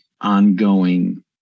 ongoing